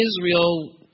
Israel